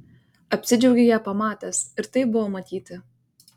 apsidžiaugei ją pamatęs ir tai buvo matyti